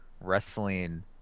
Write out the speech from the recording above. wrestling